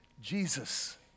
Jesus